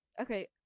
okay